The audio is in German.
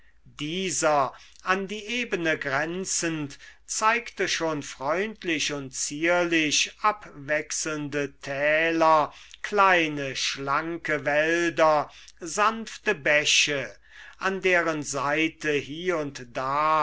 dieser an die ebene grenzend zeigte schon freundlich und zierlich abwechselnde täler kleine schlanke wälder sanfte bäche an deren seite hie und da